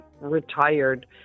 retired